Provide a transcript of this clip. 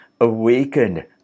awakened